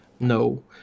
No